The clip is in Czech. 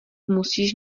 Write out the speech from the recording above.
musíš